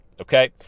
Okay